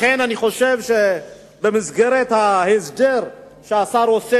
לכן אני חושב שבמסגרת ההסדר שהשר עושה